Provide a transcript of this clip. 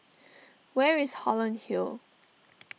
where is Holland Hill